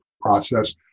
process